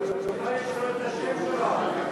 היא יכולה לשנות את השם שלה.